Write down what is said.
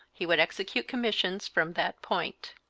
he would execute commissions from that point.